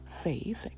faith